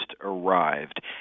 arrived